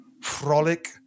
frolic